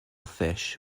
fish